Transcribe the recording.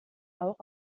auch